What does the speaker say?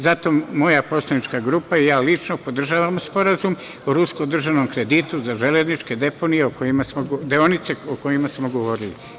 Zato moja poslanička grupa i ja lično podržavamo Sporazum o ruskom državnom kreditu za železničke deonice, o kojima smo govorili.